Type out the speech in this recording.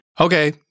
Okay